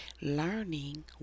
learning